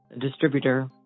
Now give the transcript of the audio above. distributor